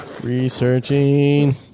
researching